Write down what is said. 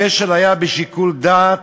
הכשל היה בשיקול דעת.